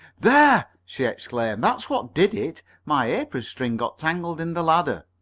there! she exclaimed, that's what did it. my apron string got tangled in the ladder.